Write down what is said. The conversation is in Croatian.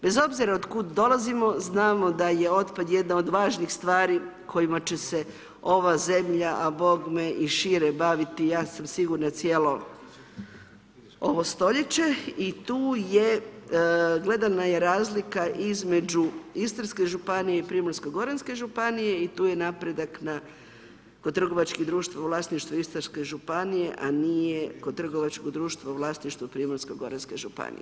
Bez obzira od kud dolazimo, znamo da je otpad jedna od važnih stvari kojima će se ova zemlja, a bogme i šire baviti, ja sam sigurna cijelo ovo stoljeće i tu je gledana je razlika između Istarske županije i Primorsko-goranske županije i tu je napredak kod trgovačkih društva u vlasništvu Istarske županije, a nije kod trgovačkog društva u vlasništvu Primorsko-goranske županije.